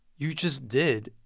you just did.